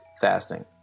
fasting